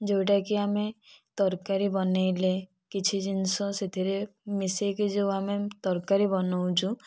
ଯେଉଁଟା କି ଆମେ ତରକାରୀ ବନେଇଲେ କିଛି ଜିନିଷ ସେଥିରେ ମିଶେଇକି ଯେଉଁ ଆମେ ତରକାରୀ ବନାଉଛୁ